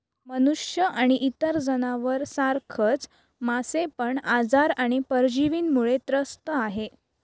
मनुष्य आणि इतर जनावर सारखच मासे पण आजार आणि परजीवींमुळे त्रस्त आहे